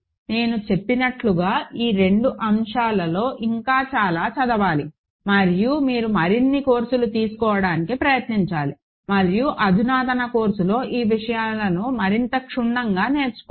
నేను చెప్పినట్లుగా ఈ రెండు అంశాలలో ఇంకా చాలా చదవాలి మరియు మీరు మరిన్ని కోర్సులు తీసుకోవడానికి ప్రయత్నించాలి మరియు అధునాతన కోర్సులో ఈ విషయాలను మరింత క్షుణ్ణంగా నేర్చుకోవాలి